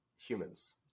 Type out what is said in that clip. humans